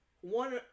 one